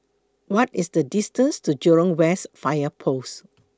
What IS The distance to Jurong West Fire Post